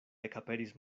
ekaperis